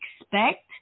expect